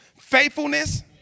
Faithfulness